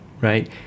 right